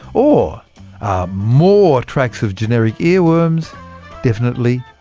or are more tracks of generic ear worms definitely